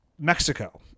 Mexico